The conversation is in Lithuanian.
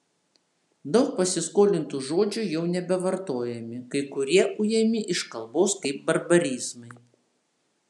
daug pasiskolintų žodžių jau nebevartojami kai kurie ujami iš kalbos kaip barbarizmai